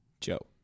Joe